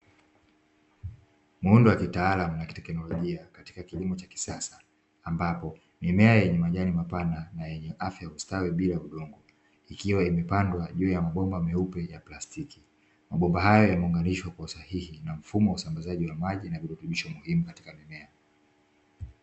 Muundo wa kitaalamu na kitekinolojia katika kilimo cha kisasa, ambapo mimea yenye majani mapana na yenye afya, hustawi bila udongo, ikiwa imepandwa juu ya mbomba meupe ya plasitiki. Mabomba hayo yameunganishwa kwa usahihi na mfumo wa usambazaji wa maji na virutubisho muhimu katika mimea.